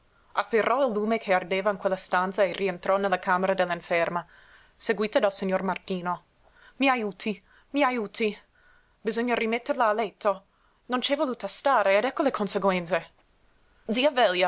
afferrò il lume che ardeva in quella stanza e rientrò nella camera dell'inferma seguita dal signor martino m'ajuti m'ajuti bisogna rimetterla a letto non c'è voluta stare ed ecco le conseguenze zia